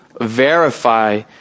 verify